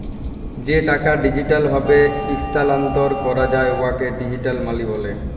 যে টাকা ডিজিটাল ভাবে ইস্থালাল্তর ক্যরা যায় উয়াকে ডিজিটাল মালি ব্যলে